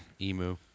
Emu